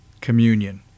communion